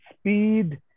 speed